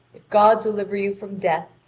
if god deliver you from death,